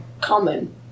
common